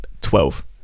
twelve